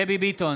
דבי ביטון,